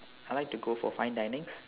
I like to go for fine dining